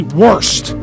worst